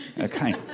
okay